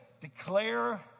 declare